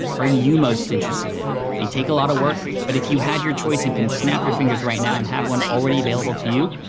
are you most interested in? they take a lotta work, but if you had your choice and can snap your fingers right now and have one already available to you,